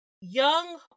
young